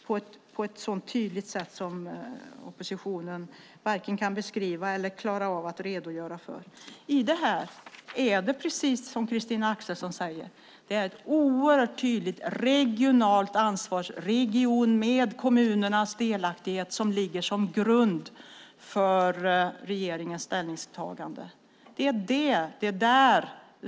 Precis som Christina Axelsson också säger är det ett tydligt regionalt ansvar. Kommunernas delaktighet ligger som grund för regeringens ställningstagande.